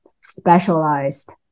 specialized